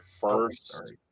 first